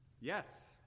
Yes